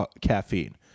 caffeine